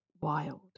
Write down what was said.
wild